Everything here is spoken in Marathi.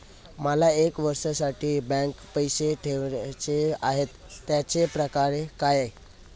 मला एक वर्षासाठी बँकेत पैसे ठेवायचे आहेत त्याची प्रक्रिया काय?